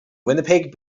winnipeg